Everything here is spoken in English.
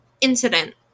incident